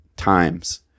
times